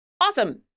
Awesome